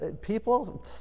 people